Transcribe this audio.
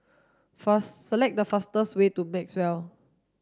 fast select the fastest way to Maxwell